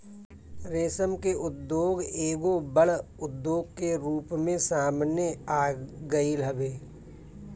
रेशम के उद्योग एगो बड़ उद्योग के रूप में सामने आगईल हवे